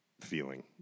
feeling